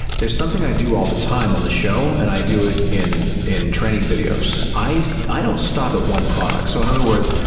there's something i do all the time on the show, and i do it in in training videos. i i don't stop at one product. so in other words,